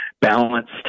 balanced